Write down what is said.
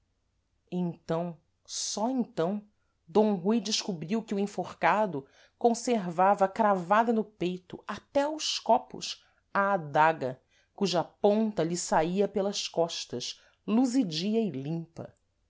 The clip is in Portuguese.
então só então d rui descobriu que o enforcado conservava cravada no peito até aos copos a adaga cuja ponta lhe saía pelas costas luzidia e limpa